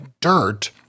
DIRT